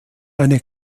eine